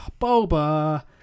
Boba